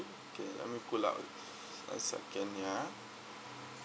okay let me pull out a second ya